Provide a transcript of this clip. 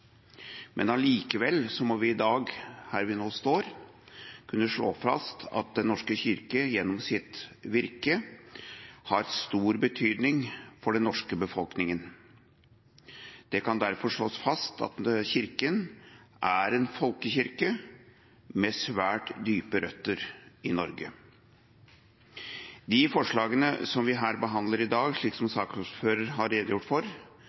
men det er også slik at den ikke alltid har vært pådriver for likeverd og sosial trygghet og heller ikke alltid på de svakes side. Likevel må vi i dag kunne slå fast at Den norske kirke gjennom sitt virke har stor betydning for den norske befolkning. Det kan derfor slås fast at Kirken er en folkekirke med svært dype røtter i Norge. De forslagene som vi behandler